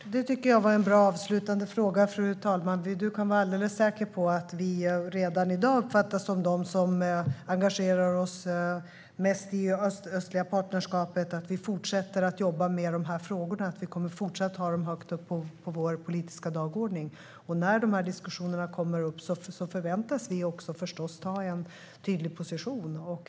Fru talman! Det tycker jag var en bra avslutande fråga. Du kan vara alldeles säker, Christian Holm Barenfeld, på att vi redan i dag uppfattas som dem som engagerar sig mest i Östliga Partnerskapet och att vi fortsätter att jobba med dessa frågor. Vi kommer fortsatt ha dem högt på vår politiska dagordning. När dessa diskussioner kommer upp förväntas vi förstås också inta en tydlig position.